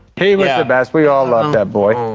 he was the best. we all loved that boy.